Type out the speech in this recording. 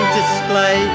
display